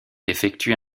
effectue